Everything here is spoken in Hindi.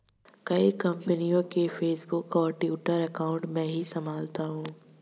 कई कंपनियों के फेसबुक और ट्विटर अकाउंट मैं ही संभालता हूं